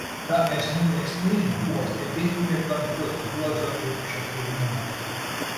ta esmių esmė buvo stebėtinai kantrus juozo urbšio kilnumas